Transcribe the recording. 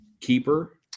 keeper